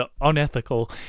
unethical